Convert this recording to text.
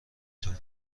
طور